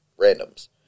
randoms